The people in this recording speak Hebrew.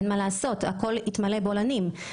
הכול יתמלא בבולענים,